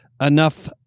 enough